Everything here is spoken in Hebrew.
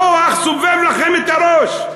הכוח סובב לכם את הראש.